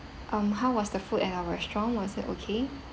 um how was the food at our restaurant was it okay